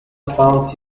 county